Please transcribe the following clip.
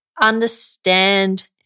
understand